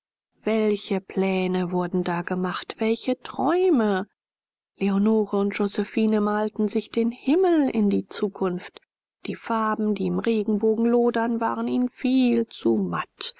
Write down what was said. welche pläne wurden da gemacht welche träume leonore und josephine malten sich den himmel in die zukunft die farben die im regenbogen lodern waren ihnen viel zu matt